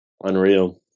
Unreal